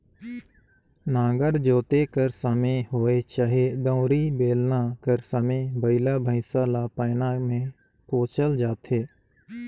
नांगर जोते कर समे होए चहे दउंरी, बेलना कर समे बइला भइसा ल पैना मे कोचल जाथे